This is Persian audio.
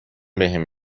بهم